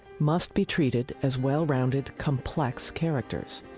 must be treated as well-rounded complex characters.